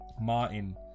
Martin